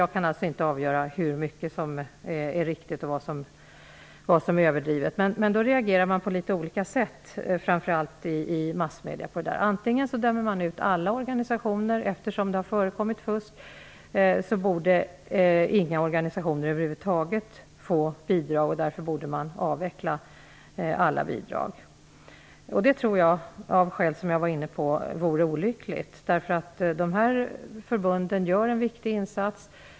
Jag kan naturligtvis inte avgöra vad som är riktigt och vad som är överdrivet. Några dömer ut alla organisationer. Eftersom fusk har förekommit tycker man att inga organisationer över huvud taget borde få bidrag och att alla bidrag borde avvecklas. Av de skäl som jag tidigare nämnde tror jag att det vore olyckligt, eftersom dessa förbund gör en viktig insats.